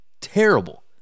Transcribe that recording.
Terrible